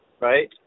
right